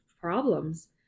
problems